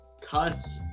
cuss